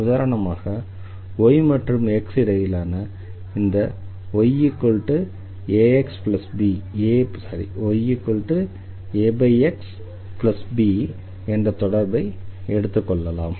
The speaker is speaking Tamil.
உதாரணமாக y மற்றும் x இடையிலான இந்த yAxB என்ற தொடர்பை எடுத்துக்கொள்ளலாம்